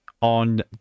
on